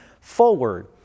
forward